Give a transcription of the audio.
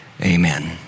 amen